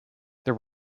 there